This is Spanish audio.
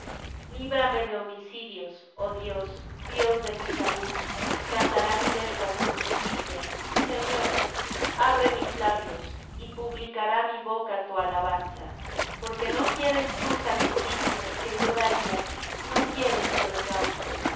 líbrame de homicidios oh dios dios de mi salud cantará mi lengua tu justicia señor abre mis labios y publicará mi boca tu alabanza porque no quieres tú sacrificio que yo daría no quieres